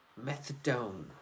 Methadone